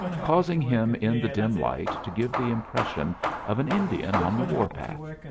causing him in the dim light to give the impression of an indian on the warpath.